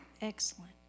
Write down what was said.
excellent